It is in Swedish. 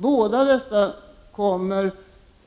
Båda dessa kommer,